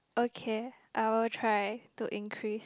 okay I'll try to increase